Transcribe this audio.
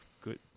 good